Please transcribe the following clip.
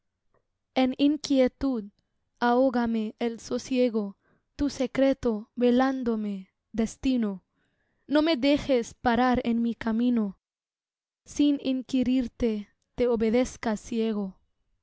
en inquietud ahógame el sosiego tu secreto velándome destino no me dejes parar en mi camino sin inquirirte te obedezca ciego